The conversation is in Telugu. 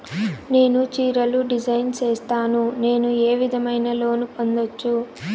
నేను చీరలు డిజైన్ సేస్తాను, నేను ఏ విధమైన లోను పొందొచ్చు